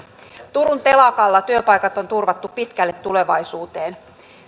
turun telakalla työpaikat on turvattu pitkälle tulevaisuuteen